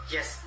Yes